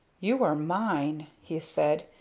you are mine! he said.